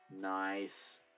Nice